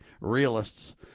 realists